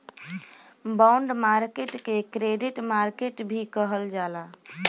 bond market के credit market भी कहल जाला